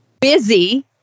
busy